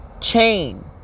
chain